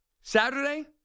Saturday